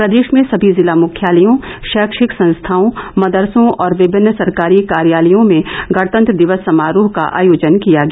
प्रदेश में सभी जिला मुख्यालयों शैक्षिक संस्थाओं मदरसों और विभिन्न सरकारी कार्यालयों में गणतंत्र दिवस समारोह का आयोजन किया गया